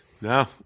No